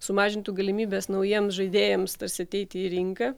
sumažintų galimybes naujiems žaidėjams tarsi ateiti į rinką